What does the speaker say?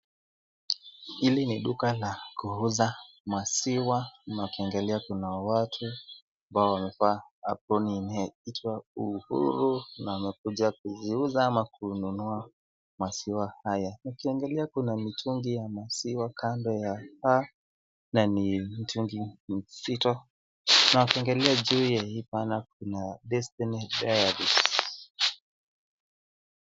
Hili ni duka la kuuza maziwa na ukiangalia kuna watu wamevaa aproni inayoitwa uhuru na wamekuja kununua au kuuza maziwa haya. Ukiangalia kuna mitungi ya maziwa kando ya paa na ni mitungi mizito na ukiangalia juu ya hii banda kuna Destiny Dairies .